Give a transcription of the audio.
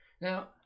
Now